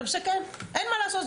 זה מסכן ואין מה לעשות,